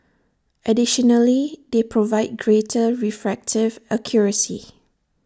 additionally they provide greater refractive accuracy